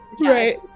Right